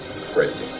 crazy